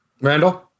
Randall